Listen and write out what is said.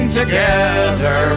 together